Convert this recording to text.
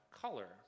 color